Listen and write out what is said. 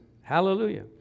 Hallelujah